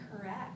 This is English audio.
correct